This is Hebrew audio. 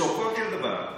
בסופו של דבר,